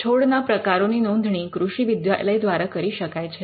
છોડના પ્રકારોની નોંધણી કૃષિ વિદ્યાલય દ્વારા કરી શકાય છે